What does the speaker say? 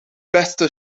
beste